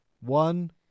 one